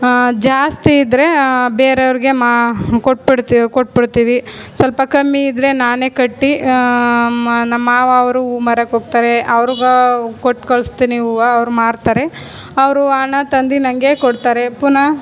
ಜಾಸ್ತಿ ಇದ್ದರೆ ಬೇರೆಯವರಿಗೆ ಮಾ ಕೊಟ್ಟು ಬಿಡ್ತೀವಿ ಕೊಟ್ಟು ಬಿಡ್ತೀವಿ ಸ್ವಲ್ಪ ಕಮ್ಮಿ ಇದ್ದರೆ ನಾನೇ ಕಟ್ಟಿ ಮ ನಮ್ಮ ಮಾವ ಅವರು ಹೂವು ಮಾರೋಕೆ ಹೋಗ್ತರೆ ಅವ್ರಿಗೆ ಕೊಟ್ಟು ಕಳಿಸ್ತೀನಿ ಹೂವು ಅವರು ಮಾರ್ತಾರೆ ಅವರು ಹಣ ತಂದು ನಂಗೆ ಕೊಡ್ತಾರೆ ಪುನಃ